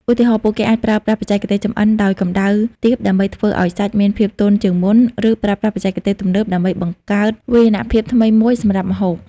ឧទាហរណ៍ ពួកគេអាចប្រើប្រាស់បច្ចេកទេសចម្អិនដោយកម្ដៅទាបដើម្បីធ្វើឲ្យសាច់មានភាពទន់ជាងមុន ឬប្រើប្រាស់បច្ចេកវិទ្យាទំនើបដើម្បីបង្កើតវាយនភាពថ្មីមួយសម្រាប់ម្ហូប។